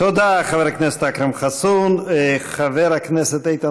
תודה לחבר הכנסת אכרם חסון.